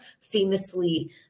famously